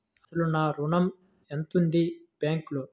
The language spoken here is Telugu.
అసలు నా ఋణం ఎంతవుంది బ్యాంక్లో?